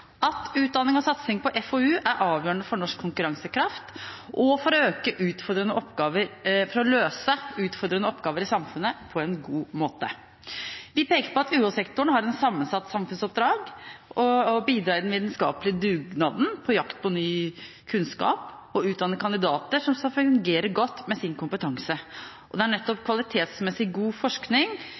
at utdanning og satsing på FoU er avgjørende for norsk konkurransekraft og for å løse utfordrende oppgaver i samfunnet på en god måte. Vi peker på at UH-sektoren har et sammensatt samfunnsoppdrag: å bidra i den vitenskapelige dugnaden i jakten på ny kunnskap og å utdanne kandidater som skal fungere godt med sin kompetanse. Og det er nettopp kvalitetsmessig god forskning